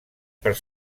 per